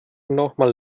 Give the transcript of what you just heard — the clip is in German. nochmal